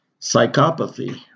psychopathy